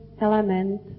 element